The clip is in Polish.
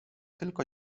tylko